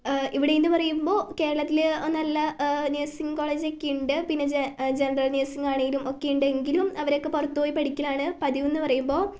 ഇവിറ്റെയെന്നു പറയുമ്പോൾ കേരളത്തിൽ നല്ല നഴ്സിംഗ് കോളേജൊക്കെ ഉണ്ട് പിന്നെ ജനറല് നഴ്സിംഗ് ആണെങ്കില്ലും ഒക്കെ ഉണ്ടെങ്കിലും അവരൊക്കെ പുറത്തുപോയി പഠിക്കലാണ് പതിവെന്ന് പറയുമ്പോൾ